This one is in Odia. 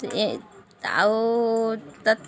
ଏ ଆଉ ତା